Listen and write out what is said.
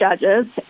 judges